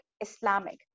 islamic